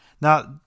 Now